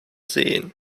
seen